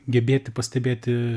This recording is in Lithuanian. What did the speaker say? gebėti pastebėti